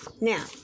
now